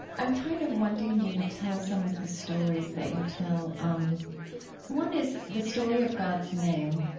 i'm kind of wanting you to tell some of the stories that you tell. um one is the story of god's name,